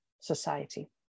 society